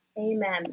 Amen